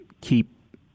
keep